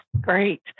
Great